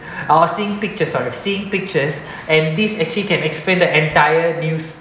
uh oh seeing pictures sorry seeing pictures and this actually can explain the entire news